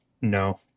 No